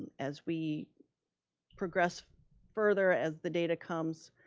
and as we progress further as the data comes,